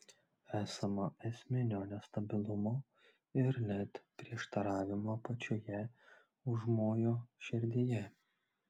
esama esminio nestabilumo ir net prieštaravimo pačioje užmojo šerdyje